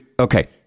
okay